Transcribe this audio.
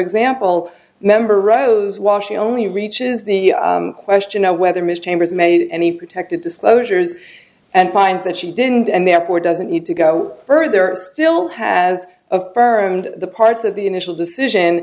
example member rose washee only reaches the question of whether mr chambers many and he protected disclosures and finds that she didn't and therefore doesn't need to go further still has affirmed the parts of the initial decision